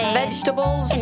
vegetables